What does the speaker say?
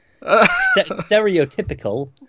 Stereotypical